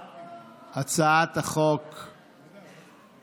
הצעת חוק הנכים (תגמולים ושיקום),